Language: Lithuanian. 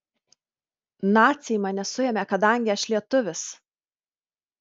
naciai mane suėmė kadangi aš lietuvis